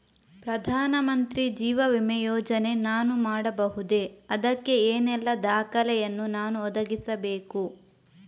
ಪ್ರಧಾನ ಮಂತ್ರಿ ಜೀವ ವಿಮೆ ಯೋಜನೆ ನಾನು ಮಾಡಬಹುದೇ, ಅದಕ್ಕೆ ಏನೆಲ್ಲ ದಾಖಲೆ ಯನ್ನು ನಾನು ಒದಗಿಸಬೇಕು?